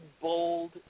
bold